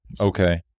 Okay